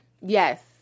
Yes